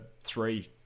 three